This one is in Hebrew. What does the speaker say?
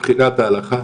מבחינת ההלכה,